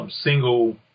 Single